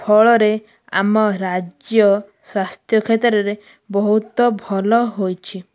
ଫଳରେ ଆମ ରାଜ୍ୟ ସ୍ୱାସ୍ଥ୍ୟ କ୍ଷେତ୍ରରେ ବହୁତ ଭଲ ହୋଇଛି